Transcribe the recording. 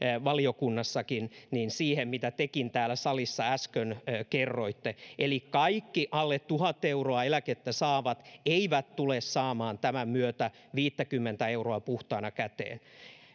valiokunnassakin mitä tekin täällä salissa äsken kerroitte eli kaikki alle tuhat euroa eläkettä saavat eivät tule saamaan tämän myötä viittäkymmentä euroa puhtaana käteen